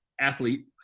athlete